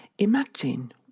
Imagine